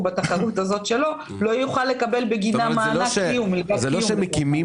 בתחרות הזאת שלו לא יוכל לקבל בגינם מענק קיום- -- כלומר לא מקימים